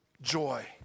joy